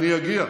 אני אגיע,